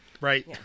Right